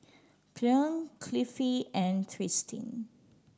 Cleon Cliffie and Tristin